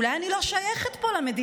אולי אני לא שייכת פה למדינה,